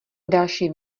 další